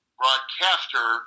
broadcaster